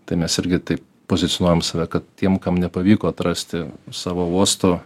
tai mes irgi taip pozicionuojam save kad tiem kam nepavyko atrasti savo uosto